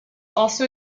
also